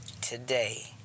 today